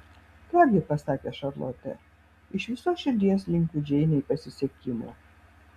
ką gi pasakė šarlotė iš visos širdies linkiu džeinei pasisekimo